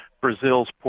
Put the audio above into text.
brazil's